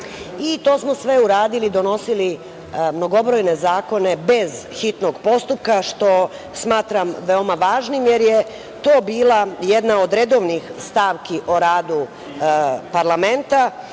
To smo sve uradili, donosili mnogobrojne zakone bez hitnog postupka, što smatram veoma važnim, jer je to bila jedna od redovnih stavki o radu parlamenta